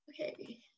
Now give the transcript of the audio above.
Okay